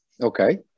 Okay